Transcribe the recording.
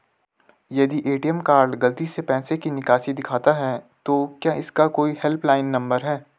यदि ATM card गलती से पैसे की निकासी दिखाता है तो क्या इसका कोई हेल्प लाइन नम्बर है?